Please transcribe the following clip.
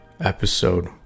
episode